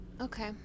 Okay